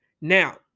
Now